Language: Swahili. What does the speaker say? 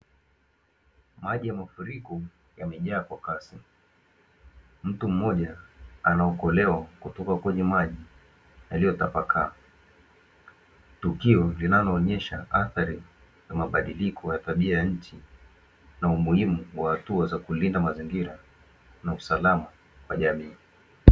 Maji ya mafuliko yamejaaa kwa kasi, mtu mmoja anaokolewa kutoka kwenye maji yaliyotapakaa. Tukio linaloonyesha athari na mabadiliko ya tabia ya nchi na umuhimu wa hatua za kulinda mazingira na usalama kwa jamii.